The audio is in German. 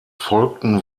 folgten